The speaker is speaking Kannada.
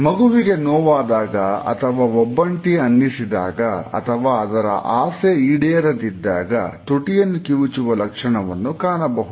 ಮಗುವಿಗೆ ನೋವಾದಾಗ ಅಥವಾ ಒಬ್ಬಂಟಿ ಅನ್ನಿಸಿದಾಗ ಅಥವಾ ಅದರ ಆಸೆ ಈಡೇರದಿದ್ದಾಗ ತುಟಿಯನ್ನು ಕಿವುಚುವ ಲಕ್ಷಣವನ್ನು ಕಾಣಬಹುದು